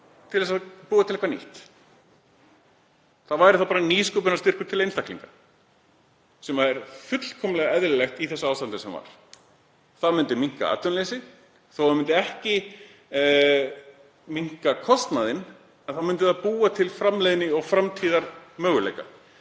til þess að búa til eitthvað nýtt. Það væri þá bara nýsköpunarstyrkur til einstaklinga sem er fullkomlega eðlilegt í því ástandi sem var. Það hefði minnkað atvinnuleysi. Þótt það hefði ekki minnkað kostnaðinn hefði það búið til framleiðni og framtíðarmöguleika,